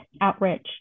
outreach